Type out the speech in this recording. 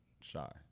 shy